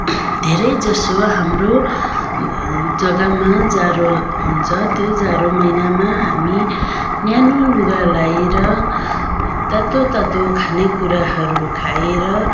धेरैजसो हाम्रो जग्गामा जाडो हुन्छ त्यो जाडो महिनामा हामी न्यानो लुगा लाएर तातो तातो खाने कुराहरू खाएर